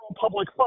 public